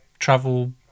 Travel